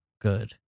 good